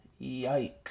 yikes